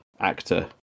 actor